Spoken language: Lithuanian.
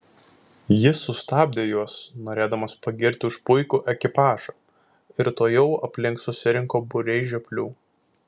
jis sustabdė juos norėdamas pagirti už puikų ekipažą ir tuojau aplink susirinko būriai žioplių